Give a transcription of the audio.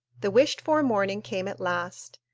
the wished-for morning came at last,